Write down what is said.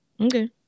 Okay